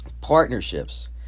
Partnerships